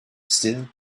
still